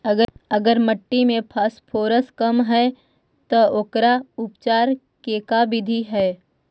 अगर मट्टी में फास्फोरस कम है त ओकर उपचार के का बिधि है?